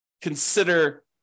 consider